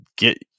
Get